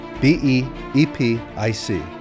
B-E-E-P-I-C